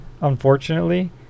unfortunately